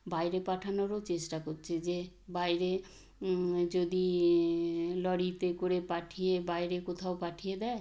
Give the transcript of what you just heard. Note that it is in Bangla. বাইরে পাঠানোরও চেষ্টা করছে যে বাইরে যদি লরিতে করে পাঠিয়ে বাইরে কোথাও পাঠিয়ে দেয়